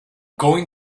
going